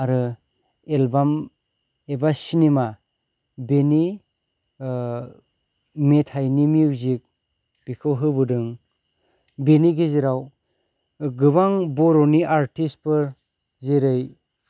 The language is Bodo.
आरो एलबाम एबा सिनिमा बिनि मेथायनि मिउजिक बेखौ होबोदों बेनि गेजेराव गोबां बर'नि आर्थिस्थ फोर जेरै